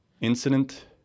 incident